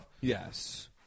Yes